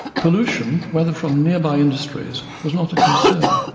pollution, whether from nearby industries, was not a concern,